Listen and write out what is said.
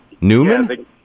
Newman